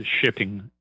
shipping